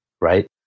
right